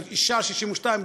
אישה 62,